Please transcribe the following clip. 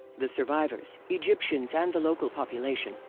the survivors, egyptians and the local population,